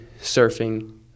surfing